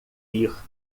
vir